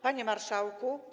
Panie Marszałku!